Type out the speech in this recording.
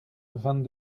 vingt